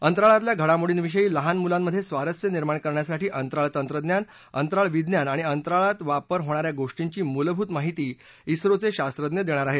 अंतराळातल्या घडामोडींविषयी लहान मुलांमध्ये स्वारस्य निर्माण करण्यासाठी अंतराळ तंत्रज्ञान अंतराळ विज्ञान आणि अंतराळात वापर होणाऱ्या गोर्टीची मूलभूत माहिती इस्रोचे शास्वज्ञ देणार आहेत